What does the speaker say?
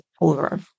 over